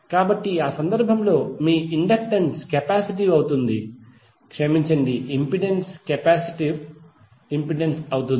కాబట్టి ఆ సందర్భంలో మీ ఇండక్టెన్స్ కెపాసిటివ్ అవుతుంది క్షమించండి ఇంపెడెన్స్ కెపాసిటివ్ ఇంపెడెన్స్ అవుతుంది